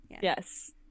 Yes